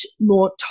more